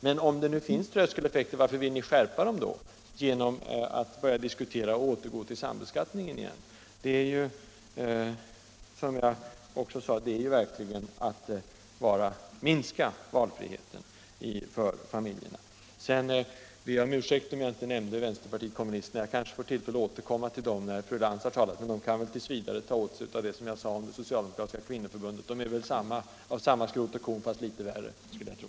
Men om det nu finns tröskeleffekter, varför vill ni då skärpa dem genom att börja diskutera en återgång till sambeskattningen? Det är verkligen att minska valfriheten för familjerna. Sedan ber jag om ursäkt om jag inte nämnde vänsterpartiet kommunisterna. Jag kanske får tillfälle att återkomma till vpk när fru Lantz har talat. Men vpk kan väl t. v. ta åt sig av det som jag sade om So cialdemokratiska kvinnoförbundet. Vpk är av samma skrot och korn, fast litet värre, skulle jag tro.